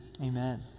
amen